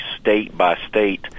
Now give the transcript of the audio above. state-by-state